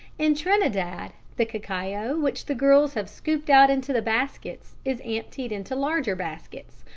in trinidad the cacao which the girls have scooped out into the baskets is emptied into larger baskets,